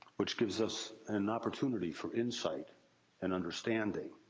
which gives us an opportunity for insight and understanding,